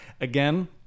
again